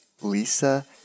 Lisa